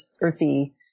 earthy